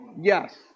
Yes